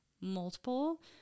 multiple